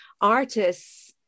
artists